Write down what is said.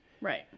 Right